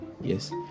yes